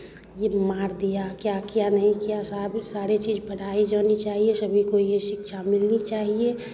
ये मार दिया क्या किया नहीं किया सब सारे चीज़ पढ़ाई जानी चाहिए सभी को ये शिक्षा मिलनी चाहिए